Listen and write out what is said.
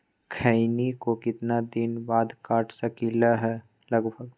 खैनी को कितना दिन बाद काट सकलिये है लगभग?